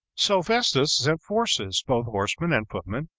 so festus sent forces, both horsemen and footmen,